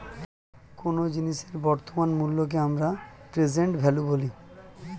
কোনো জিনিসের বর্তমান মূল্যকে আমরা প্রেসেন্ট ভ্যালু বলি